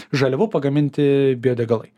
žaliavų pagaminti biodegalai